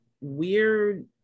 weird